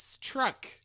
truck